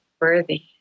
worthy